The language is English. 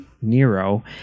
Nero